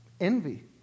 envy